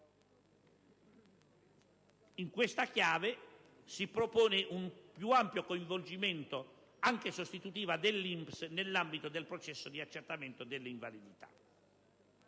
In questa chiave si propone un più ampio coinvolgimento, anche in sostituzione, dell'INPS nell'ambito del processo di accertamento delle condizioni